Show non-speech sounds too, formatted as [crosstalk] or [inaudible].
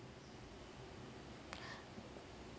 [breath]